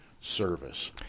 service